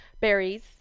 Berries